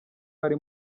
ari